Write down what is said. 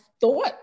thought